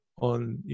on